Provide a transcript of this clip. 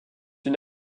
une